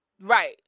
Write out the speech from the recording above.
Right